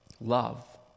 love